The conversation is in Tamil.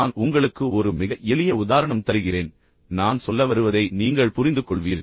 நான் உங்களுக்கு ஒரு மிக எளிய உதாரணம் தருகிறேன் நான் என்ன சொல்கிறேன் என்பதை நீங்கள் புரிந்துகொள்வீர்கள்